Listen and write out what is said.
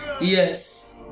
Yes